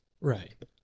Right